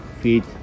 feed